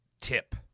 tip